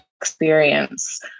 experience